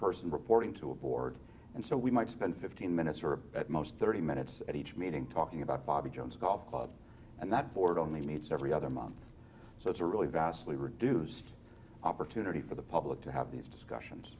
person reporting to a board and so we might spend fifteen minutes or at most thirty minutes at each meeting talking about bobby jones golf club and that board only meets every other month so it's a really vastly reduced opportunity for the public to have these discussions